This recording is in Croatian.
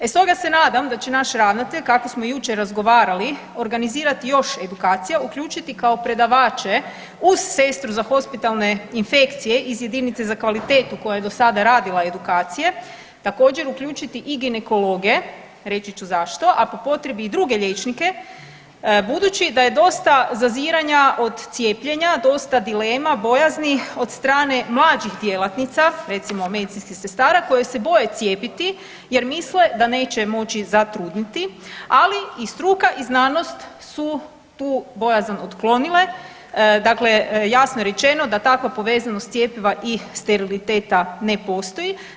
E stoga se nadam da će naš ravnatelj kako smo jučer razgovarali, organizirati još edukacija, uključiti kao predavače uz sestru za hospitalne infekcije iz jedinice za kvalitetu koja je do sada radila edukacije, također uključiti i ginekologe, reći ću zašto, a po potrebi i druge liječnike budući da je dosta zaziranja od cijepljenja, dosta dilema, bojazni od strane mlađih djelatnica, recimo medicinskih sestara koje se boje cijepiti jer misle da neće moći zatrudnjeti, ali i struka i znanost su tu bojazan otklonile, dakle jasno je rečeno da takva povezanost cjepiva i steriliteta ne postoji.